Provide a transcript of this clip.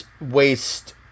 waste